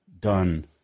done